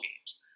games